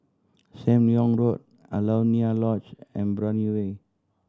Sam Leong Road Alaunia Lodge and Brani Way